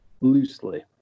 loosely